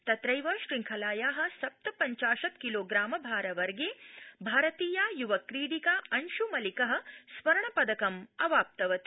तत्रैव श्रृंखलाया सप्तपञ्चाशत् किलोप्राम भारवर्गे भारतीया युवा क्रीडिका अंशु मलिक स्वर्णपदकम् अवाप्तवती